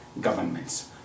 governments